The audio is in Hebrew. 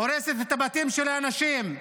הורסת את הבתים של האנשים.